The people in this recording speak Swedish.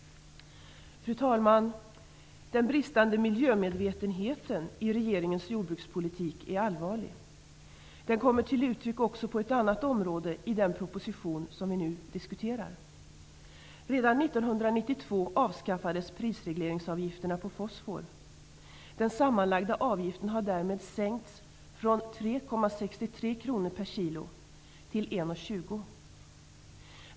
Fru talman! Den bristande miljömedvetenheten i regeringens jordbrukspolitik är allvarlig. Den kommer till uttryck också på ett annat område i den proposition som vi nu diskuterar. Redan år 1992 kr kg.